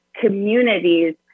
communities